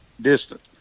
distance